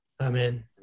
Amen